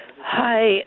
Hi